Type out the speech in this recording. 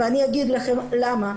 ואגיד לכם למה,